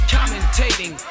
Commentating